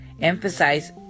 emphasize